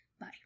Bye